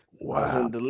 wow